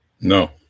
No